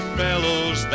fellows